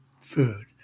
food